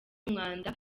umwanda